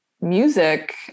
music